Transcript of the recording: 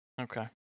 Okay